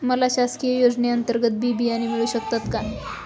मला शासकीय योजने अंतर्गत बी बियाणे मिळू शकतात का?